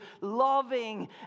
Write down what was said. loving